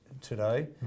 today